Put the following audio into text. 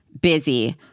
busy